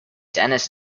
dennis